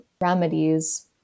remedies